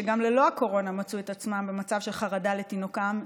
שגם ללא הקורונה מצאו את עצמם במצב של חרדה לתינוקם,